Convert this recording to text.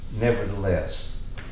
nevertheless